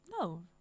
No